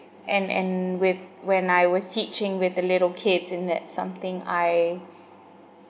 and and with when I was teaching with the little kids in that something I